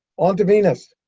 on to venus.